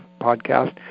podcast